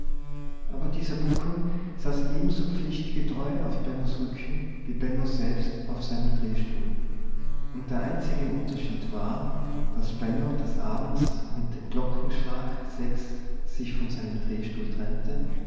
aber dieser buckel saß ebenso pflichtgetreu auf bennos rücken wie benno selbst auf seinem drehstuhl und der einzige unterschied war daß benno des abends mit dem glockenschlag sechs sich von seinem drehstuhl trennte